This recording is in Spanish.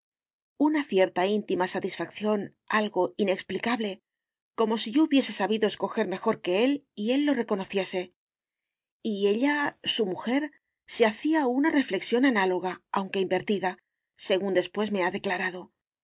una cierta íntima satisfacción algo inexplicable como si yo hubiese sabido escojer mejor que él y él lo reconociese y ella su mujer se hacía una reflexión análoga aunque invertida según después me ha declarado le